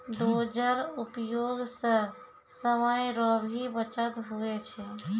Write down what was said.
dozer उपयोग से समय रो भी बचत हुवै छै